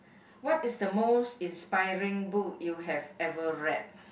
what is the most inspiring book you have ever read